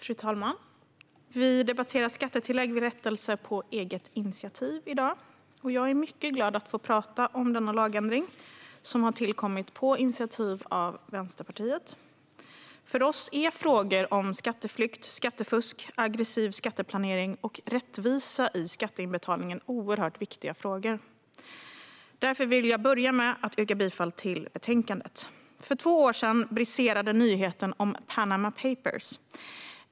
Fru talman! Vi debatterar i dag skattetillägg vid rättelse på eget initiativ. Jag är mycket glad över att få tala om denna lagändring som har tillkommit på initiativ av Vänsterpartiet. För oss är frågor om skatteflykt, skattefusk, aggressiv skatteplanering och rättvisa i skatteinbetalningen oerhört viktiga. Därför vill jag börja med att yrka bifall till förslaget i betänkandet. För två år sedan briserade nyheten om Panama papers.